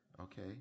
Okay